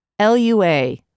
LUA